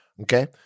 okay